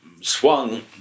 swung